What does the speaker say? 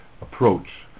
approach